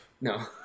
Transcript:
No